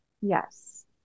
Yes